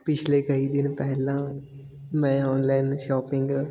ਪਿਛਲੇ ਕਈ ਦਿਨ ਪਹਿਲਾਂ ਮੈਂ ਔਨਲਾਈਨ ਸ਼ੋਪਿੰਗ